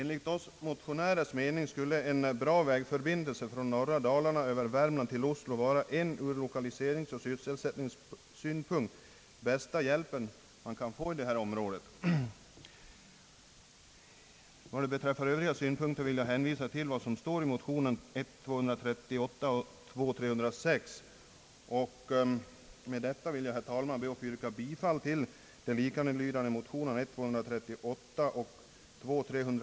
Vi motionärer anser att en bra vägförbindelse från norra Dalarna över Värmland till Oslo skulle vara den ur lokaliseringsoch sysselsättningssynpunkt bästa hjälp som detta område kan få. I övrigt vill jag hänvisa till de synpunkter som framförs i motionerna I: 238 och II: 306. Med detta vill jag, herr talman, be att få yrka bifall till dessa motioner.